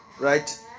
right